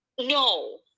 No